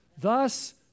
Thus